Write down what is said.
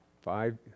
Five